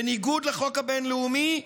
בניגוד לחוק הבין-לאומי,